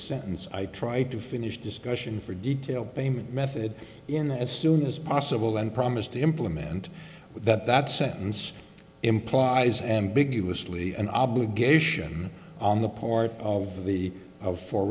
sentence i try to finish discussion for detail payment method in as soon as possible and promise to implement that that sentence implies ambiguously an obligation on the part of the of for